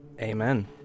Amen